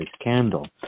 candle